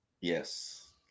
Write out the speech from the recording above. Yes